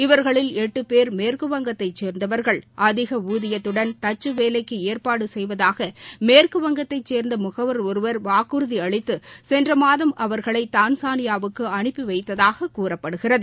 இவர்களில் எட்டு பேர் மேற்குவங்கத்தைச் சேர்ந்தவர்கள் அதிக ஊதியத்துடன் தச்க வேலைக்கு ஏற்பாடு செய்வதாக மேற்குவங்கத்தைச் சேர்ந்த முகவர் ஒருவர் வாக்குறுதி அளித்து சென்ற மாதம் அவர்களை தான்சானியாவுக்கு அனுப்பிவைத்ததாக கூறப்படுகிறது